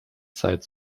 zeit